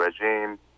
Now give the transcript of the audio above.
regime